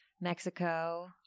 Mexico